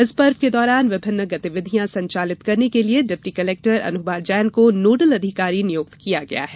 इस पर्व के दौरान विभिन्न गतिविधियां संचालित करने के लिए डिप्टी कलेक्टर अनुभा जैन को नोडल अधिकारी नियुक्त किया गया है